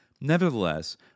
Nevertheless